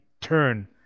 turn